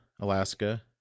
Alaska